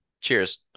Cheers